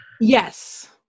yes